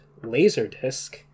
Laserdisc